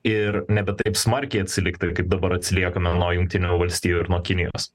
ir nebe taip smarkiai atsilikti kaip dabar atsiliekame nuo jungtinių valstijų ir nuo kinijos